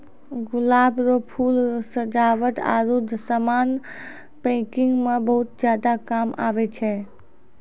गुलाब रो फूल सजावट आरु समान पैकिंग मे बहुत ज्यादा काम आबै छै